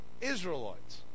Israelites